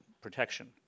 protection